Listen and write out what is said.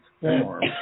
form